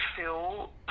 feel